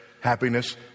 happiness